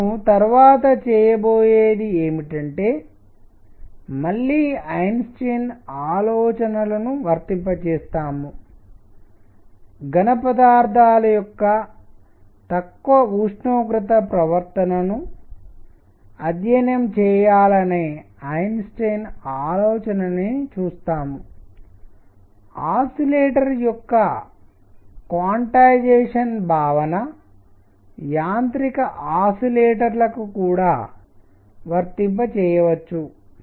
మనం తరువాత చేయబోయేది ఏమిటంటే మళ్ళీ ఐన్స్టీన్ ఆలోచనలను వర్తింపజేస్తాము ఘనపదార్థాల యొక్క తక్కువ ఉష్ణోగ్రత ప్రవర్తనను అధ్యయనం చేయాలనే ఐన్స్టీన్ ఆలోచన ని చూస్తాము ఆసిలేటర్ యొక్క క్వాన్టైజేషన్ భావన యాంత్రిక ఆసిలేటర్లకు కూడా వర్తింపజేయవచ్చు